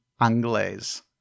anglaise